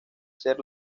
ser